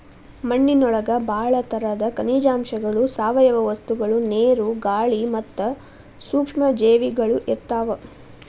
ಮಣ್ಣಿನೊಳಗ ಬಾಳ ತರದ ಖನಿಜಾಂಶಗಳು, ಸಾವಯವ ವಸ್ತುಗಳು, ನೇರು, ಗಾಳಿ ಮತ್ತ ಸೂಕ್ಷ್ಮ ಜೇವಿಗಳು ಇರ್ತಾವ